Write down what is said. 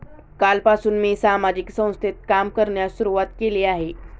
कालपासून मी सामाजिक संस्थेत काम करण्यास सुरुवात केली आहे